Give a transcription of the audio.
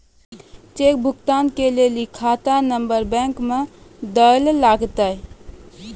cheque भुगतान के लेली खाता नंबर बैंक मे दैल लागतै